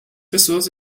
pessoas